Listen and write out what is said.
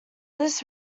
this